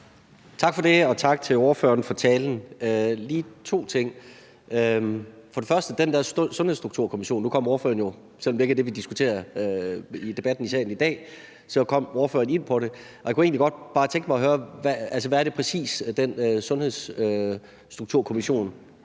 Tak for det, og tak til ordføreren for talen. Jeg har lige to ting. Først er der det med den der sundhedsstrukturkommission. Selv om det ikke er det, vi diskuterer i debatten i salen i dag, kom ordføreren ind på det. Jeg kunne egentlig bare godt tænke mig at høre: Hvad er det præcis, den sundhedsstrukturkommission